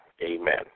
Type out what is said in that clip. Amen